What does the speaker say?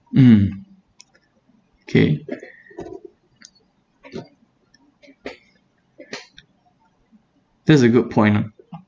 mm okay that's a good point lah